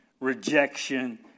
rejection